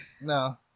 No